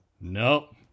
Nope